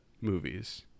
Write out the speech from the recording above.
movies